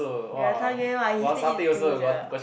ya target one you still eat two sia